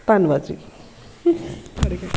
ਧੰਨਵਾਦ ਜੀ